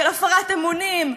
של הפרת אמונים,